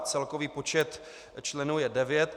Celkový počet členů je devět.